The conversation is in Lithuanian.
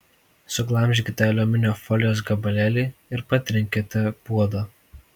suglamžykite aliuminio folijos gabalėlį ir patrinkite puodą